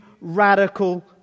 radical